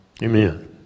Amen